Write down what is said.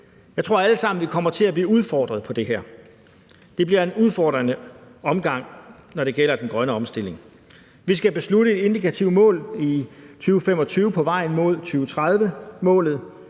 Jeg tror, at vi allesammen kommer til at blive udfordret på det her. Det bliver en udfordrende omgang, når det gælder den grønne omstilling. Vi skal beslutte indikative mål i 2025 på vejen mod 2030-målet.